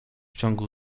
ciągu